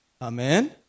Amen